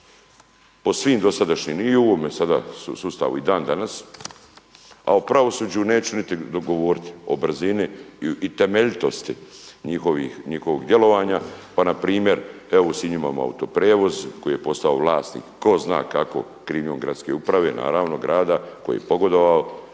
po svim dosadašnjim i u ovome sada sustavu i dan danas, a o pravosuđu neću niti govoriti o brzini i temeljitosti njihovog djelovanja. Pa npr. u Sinju imamo Autoprijevoz koji je postao vlasnik tko zna kakvom krivnjom gradske uprave naravno grada koji je pogodovao.